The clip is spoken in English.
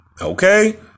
Okay